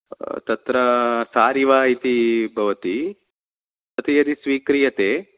तत्र सारिवा इति भवति तत् यदि स्वीक्रियते